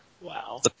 Wow